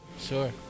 sure